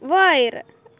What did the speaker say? वयर